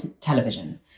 television